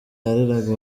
yareraga